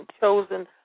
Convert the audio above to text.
chosen